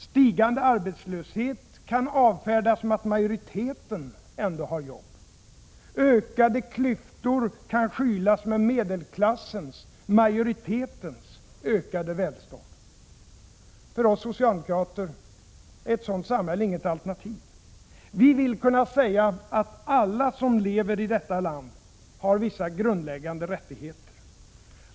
Stigande arbetslöshet kan avfärdas med att majoriteten ändå har jobb. Ökade klyftor kan skylas med medelklassens, majoritetens, ökade välstånd. För oss socialdemokrater är ett sådant samhälle inget alternativ. Vi vill kunna säga att alla som lever i detta land har vissa grundläggande rättigheter.